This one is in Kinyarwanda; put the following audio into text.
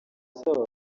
asaba